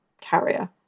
carrier